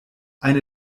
eine